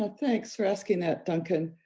ah thanks for asking that, duncan.